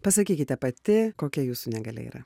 pasakykite pati kokia jūsų negalia yra